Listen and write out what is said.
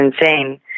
insane